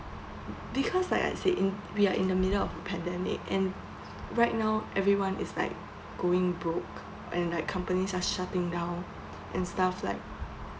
cause like I said in we are in the middle of pandemic and right now everyone is like going broke and like company are shutting and stuff like